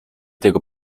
tego